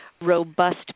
robust